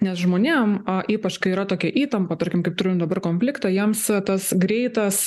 nes žmonėm ypač kai yra tokia įtampa tarkim kaip turim dabar konfliktą jiems tas greitas